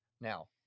Now